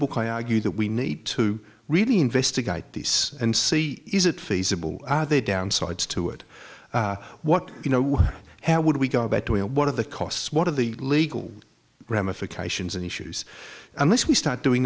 book i argue that we need to really investigate these and see is it feasible are they downsides to it what you know what how would we go about doing one of the costs what are the legal ramifications and issues unless we start doing